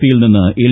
P യിൽ നിന്ന് L